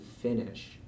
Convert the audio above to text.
finish